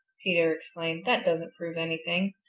peter exclaimed. that doesn't prove anything.